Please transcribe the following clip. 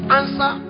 answer